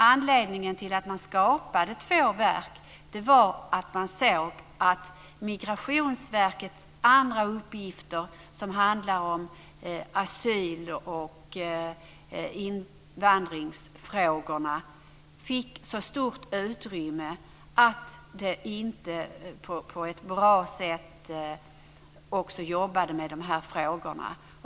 Anledningen till att man skapade två verk var att man såg att Migrationsverkets andra uppgifter, som handlar om asyl och invandringsfrågorna, fick så stort utrymme att det inte på ett bra sätt jobbade med de här frågorna.